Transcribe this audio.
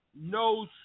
No